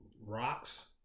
Rocks